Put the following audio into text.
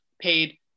paid